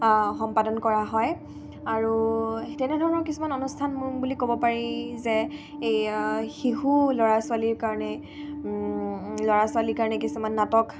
সম্পাদন কৰা হয় আৰু তেনেধৰণৰ কিছুমান অনুষ্ঠান মোৰ বুলি ক'ব পাৰি যে এই শিশু ল'ৰা ছোৱালীৰ কাৰণে ল'ৰা ছোৱালীৰ কাৰণে কিছুমান নাটক